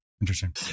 interesting